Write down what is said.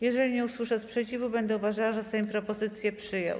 Jeżeli nie usłyszę sprzeciwu, będę uważała, że Sejm propozycję przyjął.